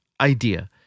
idea